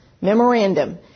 Memorandum